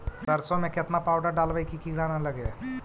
सरसों में केतना पाउडर डालबइ कि किड़ा न लगे?